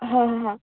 हां हां